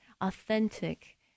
authentic